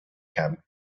camp